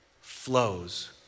flows